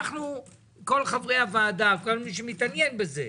כל חברי הוועדה, כל מי שמתעניין בזה,